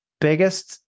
biggest